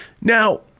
now